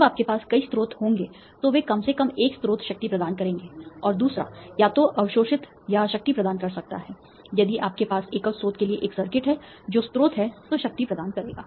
जब आपके पास कई स्रोत होंगे तो वे कम से कम 1 स्रोत शक्ति प्रदान करेंगे और दूसरा या तो अवशोषित या शक्ति प्रदान कर सकता है यदि आपके पास एकल स्रोत के लिए एक सर्किट है जो स्रोत है तो शक्ति प्रदान करेगा